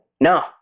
No